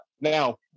now